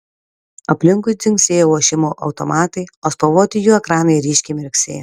aplinkui dzingsėjo lošimo automatai o spalvoti jų ekranai ryškiai mirksėjo